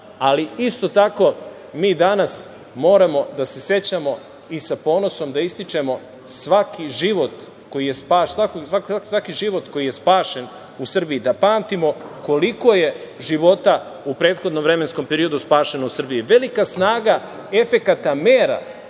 ali isto tako mi danas moramo da se sećamo i sa ponosom da ističemo svaki život koji je spašen u Srbiji, da pamtimo koliko je života u prethodnom vremenskom periodu spašeno u Srbiji. Velika snaga efekata mera